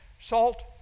salt